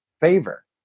favor